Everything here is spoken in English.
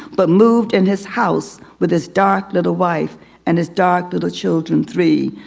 but moved in his house. with his dark little wife and his dark to the children three.